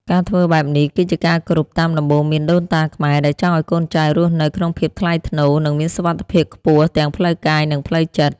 ការធ្វើបែបនេះ គឺជាការគោរពតាមដំបូន្មានដូនតាខ្មែរដែលចង់ឱ្យកូនចៅរស់នៅក្នុងភាពថ្លៃថ្នូរ និងមានសុវត្ថិភាពខ្ពស់ទាំងផ្លូវកាយ និងផ្លូវចិត្ត។